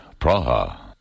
Praha